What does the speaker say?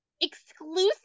exclusive